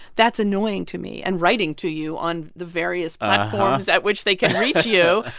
that's annoying to me, and writing to you on the various platforms at which they can reach you.